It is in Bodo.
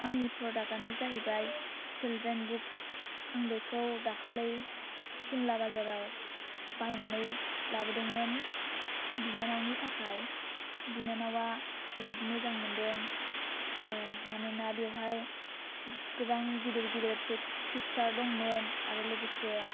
आंनि प्रडाक्टआनो जाहैबाय चिलड्रेन्स बुक्स आं बेखौ दाखालै सिमला बाजाराव बायनानै लाबोदोंमोन बिनानावनि थाखाय बिनानावा जोबोद मोजां मोन्दों मानोना बेवहाय गोबां गिदिर गिदिर पिकसार दंमोन आरो लोगोसे